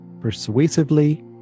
persuasively